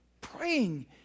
praying